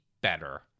better